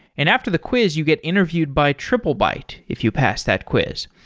and after the quiz you get interviewed by triplebyte if you pass that quiz.